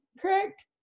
correct